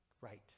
Right